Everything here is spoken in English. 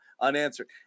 unanswered